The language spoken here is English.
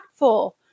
impactful